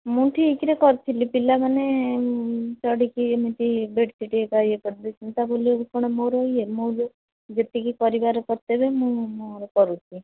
ମୁଁ ଠିକ୍ରେ କରିଥିଲି ପିଲାମାନେ ଚଢ଼ିକି ଏମିତି ବେଡ଼୍ ସିଟ୍ ହେଇକା ଇଏ କରିଦେଉଛନ୍ତି ତା'ବୋଲି କ'ଣ ମୋର ଇଏ ମୁଁ ଯେଉଁ ଯେତିକି କରିବାର କର୍ତ୍ତବ୍ୟ ମୁଁ ମୋର କରୁଛି